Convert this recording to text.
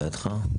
כן.